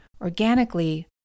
organically